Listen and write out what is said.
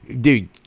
dude